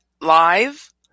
live